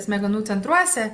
smegenų centruose